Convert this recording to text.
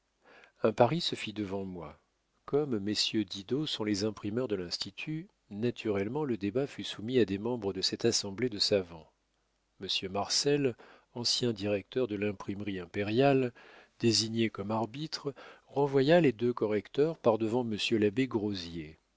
un pari se fit devant moi comme messieurs didot sont les imprimeurs de l'institut naturellement le débat fut soumis à des membres de cette assemblée de savants m marcel ancien directeur de l'imprimerie impériale désigné comme arbitre renvoya les deux correcteurs par-devant monsieur l'abbé